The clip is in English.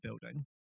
building